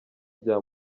bya